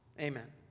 Amen